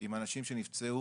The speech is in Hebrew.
עם אנשים שנפצעו